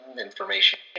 information